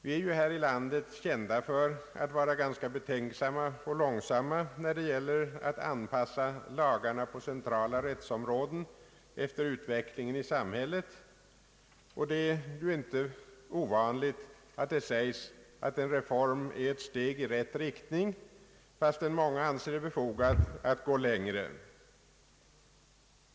Vi är ju här i landet kända för att vara ganska betänksamma och långsamma när det gäller att anpassa lagarna på centrala rättsområden efter utvecklingen i samhället. Det är inte ovanligt att det sägs att en reform är ett steg i rätt riktning, fastän många anser det befogat att gå längre.